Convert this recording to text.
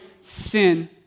sin